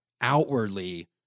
outwardly